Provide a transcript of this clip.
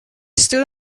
stood